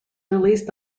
released